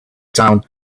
town